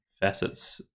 facets